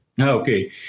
Okay